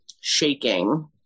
shaking